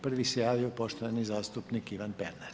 Prvi se javio poštovani zastupnik Ivan Pernar.